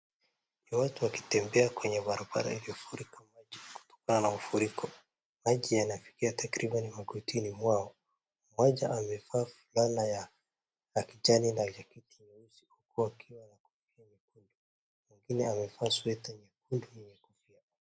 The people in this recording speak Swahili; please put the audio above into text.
Ni watu wakitembea kwenye barabara iliyofurika maji kutokana na mafuriko. Maji yanafikia takribani magotini mwao. Mmoja amevaa fulana ya kijani na koti nyeusi huku na akiwa na mwingine amevaa sweta nyekundu yenye kofia.